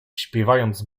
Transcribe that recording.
śpiewając